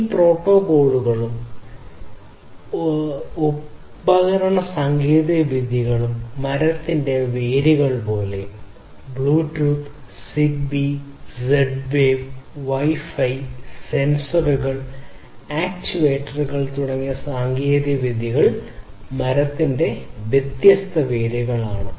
ഈ പ്രോട്ടോക്കോളുകളും ഉപകരണ സാങ്കേതികവിദ്യകളും മരത്തിന്റെ വേരുകൾ പോലെയാണ് Bluetooth Zigbee Z wave wifi സെൻസറുകൾ ആക്യുവേറ്ററുകൾ തുടങ്ങിയ സാങ്കേതികവിദ്യകൾ മരത്തിന്റെ വ്യത്യസ്ത വേരുകളാണ്